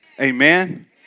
Amen